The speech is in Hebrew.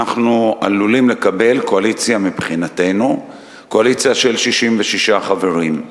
אנחנו עלולים מבחינתנו לקבל קואליציה של 66 חברים.